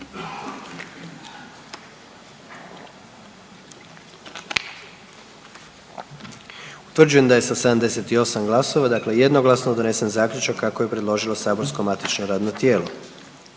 Utvrđujem da je sa 77 glasova za dakle jednoglasno donesena odluka kako je predložilo matično radno tijelo.